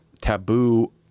taboo